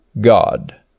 God